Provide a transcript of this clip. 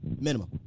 minimum